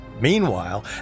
Meanwhile